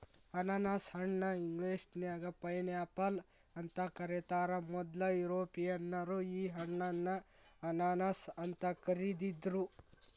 ಅನಾನಸ ಹಣ್ಣ ಇಂಗ್ಲೇಷನ್ಯಾಗ ಪೈನ್ಆಪಲ್ ಅಂತ ಕರೇತಾರ, ಮೊದ್ಲ ಯುರೋಪಿಯನ್ನರ ಈ ಹಣ್ಣನ್ನ ಅನಾನಸ್ ಅಂತ ಕರಿದಿದ್ರು